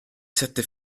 sette